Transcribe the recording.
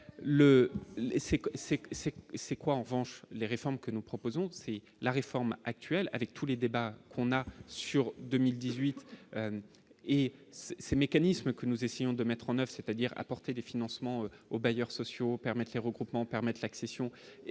c'est quoi, en revanche, les réformes que nous proposons, c'est la réforme actuelle, avec tous les débats qu'on a sur 2018 et ces mécanismes que nous essayons de mettre en 9 c'est-à-dire apporter des financements aux bailleurs sociaux permettez regroupement permette l'accession